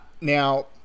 Now